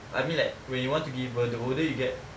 I mean like when you want to give birth the older you get